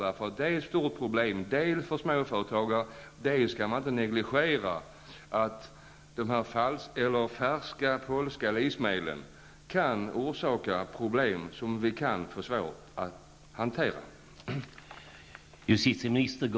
Dels är den illegala handeln ett stort problem för småföretagare, dels kan man inte negligera att de här färska polska livsmedlen kan förorsaka problem som vi kan få svårt att hantera.